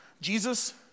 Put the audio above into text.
Jesus